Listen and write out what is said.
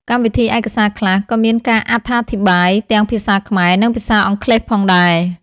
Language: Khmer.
កម្មវិធីឯកសារខ្លះក៏មានការអត្ថាធិប្បាយទាំងភាសាខ្មែរនិងភាសាអង់គ្លេសផងដែរ។